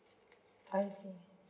I see